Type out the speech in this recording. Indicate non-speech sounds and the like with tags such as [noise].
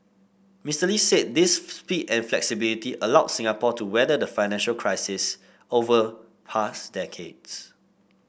Mister Lee said this [unintelligible] speed and flexibility allowed Singapore to weather the financial crises of past decades